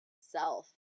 self